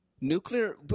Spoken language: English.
Nuclear